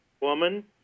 woman